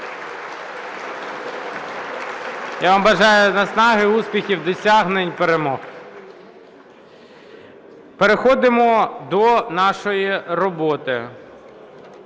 Я вам бажаю наснаги, успіхів, досягнень, перемог. Переходимо до нашої роботи.